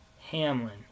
Hamlin